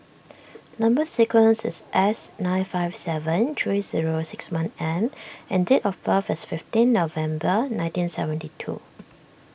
Number Sequence is S nine five seven three zero six one M and date of birth is fifteen November nineteen seventy two